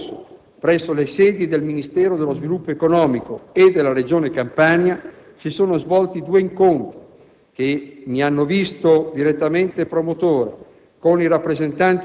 Nell'anno in corso, presso le sedi del Ministero dello sviluppo economico e della Regione Campania si sono svolti due incontri, che mi hanno visto promotore,